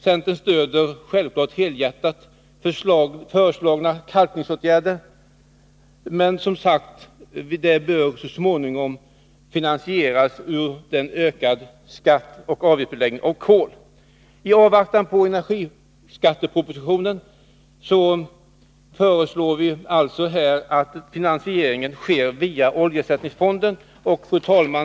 Centern stöder självfallet helhjärtat föreslagna kalkningsåtgärder men anser, som sagt, att åtgärderna så småningom bör finansieras genom en ökad skatt och avgift på kol. I avvaktan på energiskattepropositionen föreslår vi även här att finansieringen sker via oljeersättningsfonden. Fru talman!